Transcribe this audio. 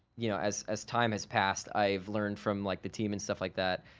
you know, as as time has passed, i've learned from like the team and stuff like that,